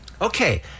Okay